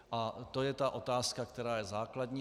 A to je ta otázka, která je základní.